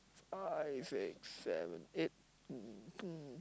five six seven eight